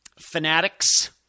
fanatics